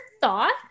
thought